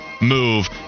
move